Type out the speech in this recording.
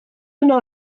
yno